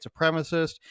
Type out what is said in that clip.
supremacist